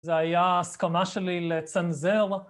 זו היה הסכמה שלי לצנזר